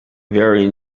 very